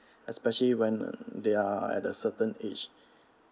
especially when they are at a certain age